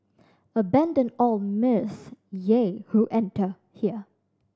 abandon all mirth Ye who enter here